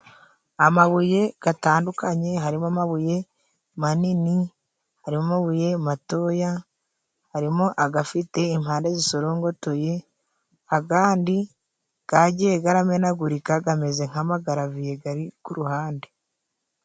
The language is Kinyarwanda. Amabuye gatandukanye harimo amabuye manini, harimo amabuye matoya, harimo agafite impande zisorongotoye, agandi gagiye garamenagurika gameze nk'amagaraviye gari ku ruhande.